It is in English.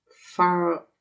far